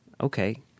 okay